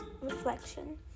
reflection